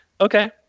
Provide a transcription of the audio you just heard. Okay